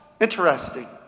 Interesting